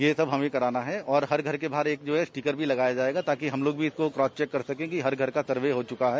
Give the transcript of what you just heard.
यह सब हमें कराना है और हर घर के बाहर जो है स्टीकर भी लगाया जायेगा ताकि हम लोग भी इसको क्रास चेक कर सके कि हर धर का सर्वे हो चुका है